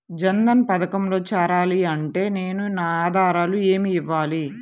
జన్ధన్ పథకంలో చేరాలి అంటే నేను నా ఆధారాలు ఏమి ఇవ్వాలి?